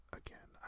again